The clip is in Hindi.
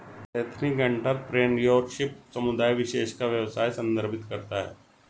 एथनिक एंटरप्रेन्योरशिप समुदाय विशेष का व्यवसाय संदर्भित करता है